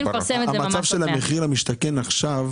המחיר למשתכן עכשיו